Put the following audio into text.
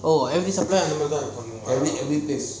oh every supplier அந்த மாறி தான் இருப்பாங்களா:antha maari thaan irupangala